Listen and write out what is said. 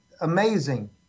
amazing